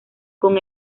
con